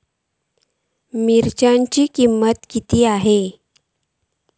मिरच्यांची किंमत किती आसा?